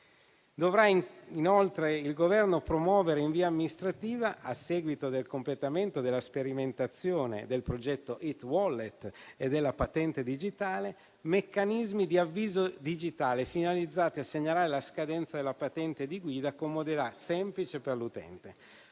dovrà, inoltre, promuovere in via amministrativa, a seguito del completamento della sperimentazione del progetto IT Wallet e della patente digitale, meccanismi di avviso digitale finalizzati a segnalare la scadenza della patente di guida con modalità semplici per l'utente.